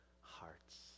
hearts